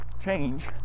change